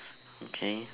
okay